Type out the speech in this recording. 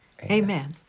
Amen